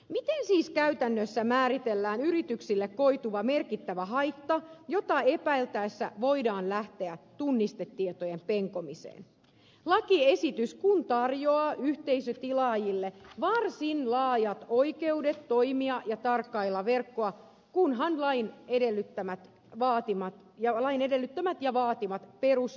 miten siis käytännössä määritellään yrityksille koituva merkittävä haitta jota epäiltäessä voidaan lähteä tunnistetietojen penkomiseen lakiesitys kun tarjoaa yhteisötilaajille varsin laajat oikeudet toimia ja tarkkailla verkkoa kunhan lain edellyttämät ja vaatimat perusedellytykset täytetään